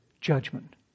Judgment